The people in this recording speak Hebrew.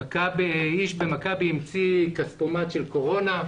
איש במכבי המציא כספומט של קורונה.